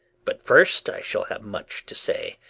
but first i shall have much to say,